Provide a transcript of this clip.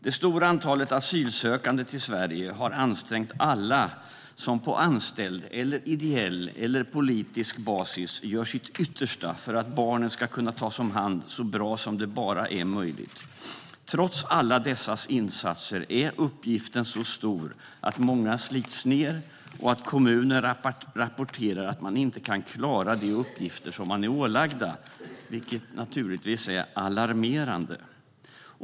Det stora antalet asylsökande till Sverige har ansträngt alla som på anställd, ideell eller politisk basis gör sitt yttersta för att barnen ska tas om hand på bästa möjliga sätt. Trots alla dessa insatser är uppgiften så stor att många slits ned, och kommuner rapporterar att de inte kan klara de uppgifter som de är ålagda, vilket naturligtvis är alarmerande.